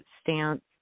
stance